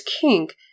kink